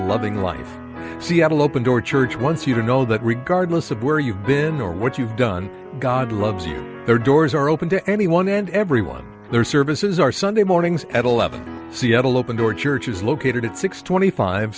loving life seattle open door church once you know that regardless of where you've been or what you've done god loves you there doors are open to anyone and everyone their services are sunday mornings at eleven seattle open door church is located at six twenty five